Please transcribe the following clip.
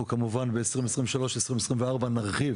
אנחנו כמובן ב-2024-2023 נרחיב